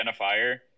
identifier